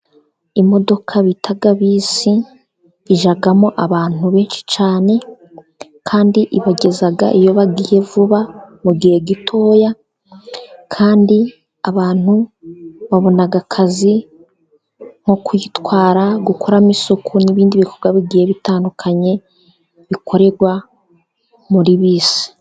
Imodoka bita bisi ijyamo abantu benshi cyqne, kandi ibageza iyo bagiye vuba mu gihe gito. Kandi abantu babona akazi nko kuyitwara, gukoramo isuku, n'ibindi bikorwa bigiye bitandukanye bikorerwa muri bisi.